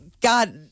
God